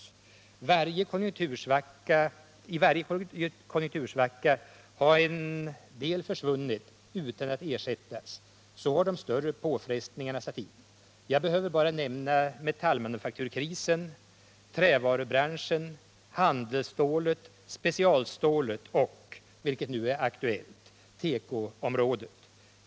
I varje konjunktursvacka har en del försvunnit utan att ersättas. Så har de större påfrestningarna satt in. Jag behöver bara nämna metallmanufakturkrisen, trävarubranschen, handelsstålet, specialstålet och —- vilket nu är aktuellt — tekoområdet.